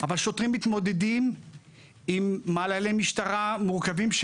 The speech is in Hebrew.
אבל שוטרים מתמודדים עם מעללי משטרה מורכבים,